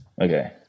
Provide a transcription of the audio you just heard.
Okay